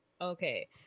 Okay